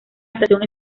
estación